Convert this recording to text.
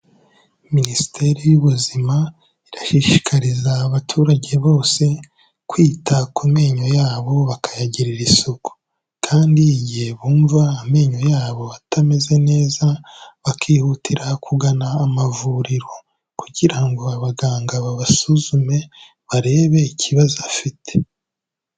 Minisiteri y'Ubuzima, irashishikariza abaturage bose kwita ku menyo yabo bakayagirira isuku kandi igihe bumva amenyo yabo atameze neza, bakihutira kugana amavuriro kugira ngo abaganga babasuzume, barebe ikibazo afite.